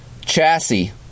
Chassis